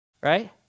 right